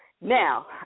Now